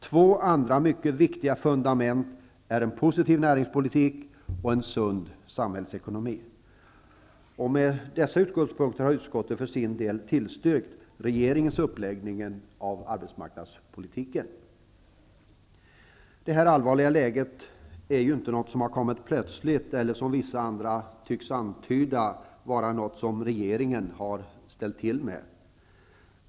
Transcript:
Två andra mycket viktiga fundament är en positiv näringspolitik och en sund samhällsekonomi. Med dessa utgångspunkter har utskottet tillstyrkt regeringens uppläggning av arbetsmarknadspolitiken. Detta allvarliga läge är inte något som har kommit plötsligt eller, som vissa andra antyder, är något som regeringen har ställt till med.